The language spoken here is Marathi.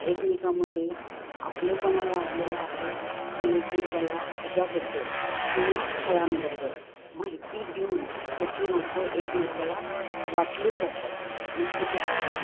एकमेकाांमध्ये आपलेपणा वाढलेलं आहे आणि एकमेकाला भाज्याबद्दल किंवा फळांबद्दल माहिती देऊन त्याची रोपं एकमेकाला वाटली जातायत आणि ती कशी